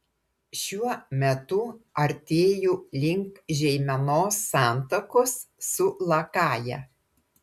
šiuo metu artėju link žeimenos santakos su lakaja